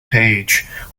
page